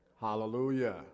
Hallelujah